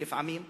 ולפעמים פחות.